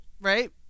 right